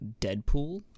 Deadpool